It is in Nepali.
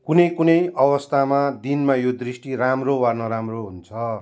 कुनै कुनै अवस्थामा दिनमा यो दृष्टि राम्रो वा नराम्रो हुन्छ